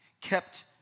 kept